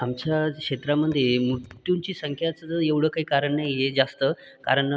आमच्या क्षेत्रामध्ये मृत्यूची संख्याच ज एवढं काही कारण नाही आहे जास्त कारण